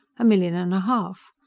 a million and a half.